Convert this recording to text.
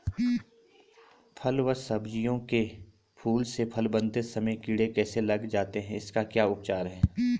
फ़ल व सब्जियों के फूल से फल बनते समय कीड़े कैसे लग जाते हैं इसका क्या उपचार है?